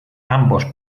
ambos